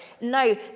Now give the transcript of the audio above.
No